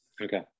Okay